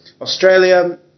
Australia